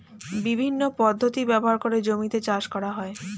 বিভিন্ন পদ্ধতি ব্যবহার করে জমিতে চাষ করা হয়